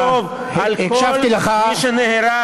ולחשוב על כל מי שנהרג,